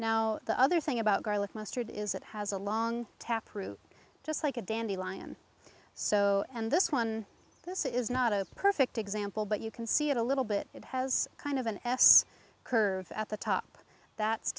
now the other thing about garlic mustard is it has a long taproot just like a dandelion so and this one this is not a perfect example but you can see it a little bit it has kind of an s curve at the top that's